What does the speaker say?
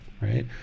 right